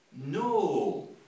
No